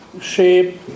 shape